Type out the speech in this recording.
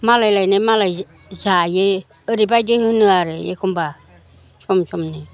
मालाय लायनाय मालाय जायो ओरैबायदि होनो आरो एखम्बा सम समनो